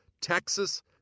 Texas